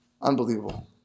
Unbelievable